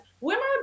Women